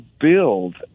build